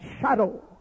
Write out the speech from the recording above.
shadow